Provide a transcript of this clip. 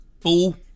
fool